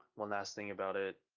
one last thing about it,